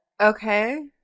Okay